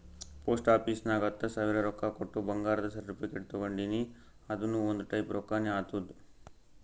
post office ನಾಗ್ ಹತ್ತ ಸಾವಿರ ರೊಕ್ಕಾ ಕೊಟ್ಟು ಬಂಗಾರದ ಸರ್ಟಿಫಿಕೇಟ್ ತಗೊಂಡಿನಿ ಅದುನು ಒಂದ್ ಟೈಪ್ ರೊಕ್ಕಾನೆ ಆತ್ತುದ್